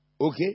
Okay